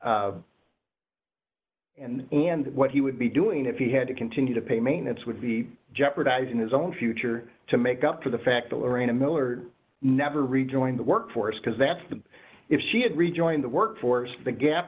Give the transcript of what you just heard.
and and what he would be doing if he had to continue to pay maintenance would be jeopardizing his own future to make up for the fact that lorraine and miller never rejoin the workforce because that's the if she had rejoined the workforce the gap